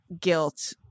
guilt